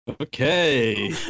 okay